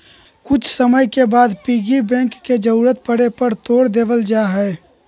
कुछ समय के बाद पिग्गी बैंक के जरूरत पड़े पर तोड देवल जाहई